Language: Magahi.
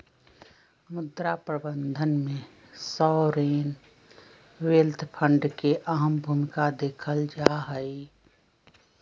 मुद्रा प्रबन्धन में सॉवरेन वेल्थ फंड के अहम भूमिका देखल जाहई